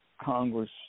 Congress